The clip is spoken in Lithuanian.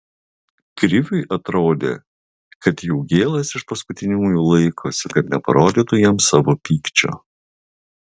kriviui atrodė kad jaugėlas iš paskutiniųjų laikosi kad neparodytų jiems savo pykčio